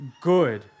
good